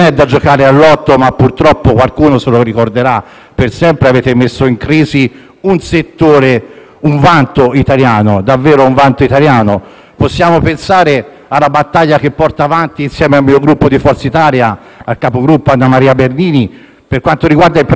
un settore e un vanto italiano. Possiamo pensare alla battaglia che porta avanti, insieme al mio Gruppo Forza Italia, la capogruppo Anna Maria Bernini, per quanto riguarda i precari della scuola. Vi siete fatti vanto di aver emanato